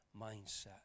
mindset